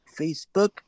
Facebook